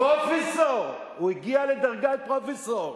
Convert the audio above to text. פרופסור, הוא הגיע לדרגת פרופסור.